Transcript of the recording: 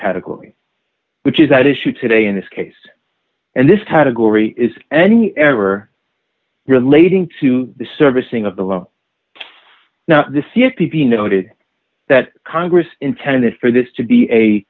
category which is at issue today in this case and this category is any error relating to the servicing of the now the c s t be noted that congress intended for this to be a